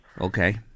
Okay